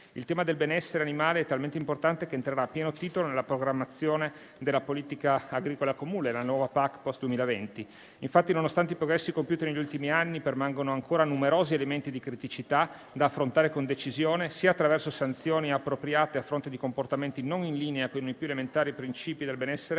Il tema del benessere animale è talmente importante che entrerà a pieno titolo nella programmazione della Politica agricola comune, la nuova PAC *post* 2020. Infatti, nonostante i progressi compiuti negli ultimi anni, permangono ancora numerosi elementi di criticità da affrontare con decisione, sia attraverso sanzioni appropriate - a fronte di comportamenti non in linea con i più elementari principi del benessere